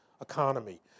economy